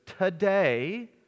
today